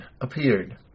appeared